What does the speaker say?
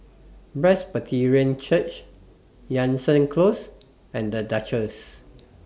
Presbyterian Church Jansen Close and The Duchess